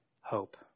hope